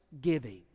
Giving